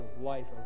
life